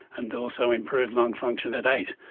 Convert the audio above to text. and also improve lung function at eight.